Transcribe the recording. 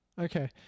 Okay